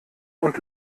und